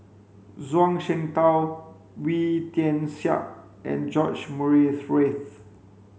Zhuang Shengtao Wee Tian Siak and George Murray Reith